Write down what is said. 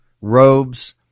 robes